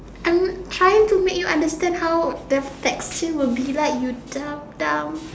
I'm trying to make you understand how the texture would be like you dumb dumb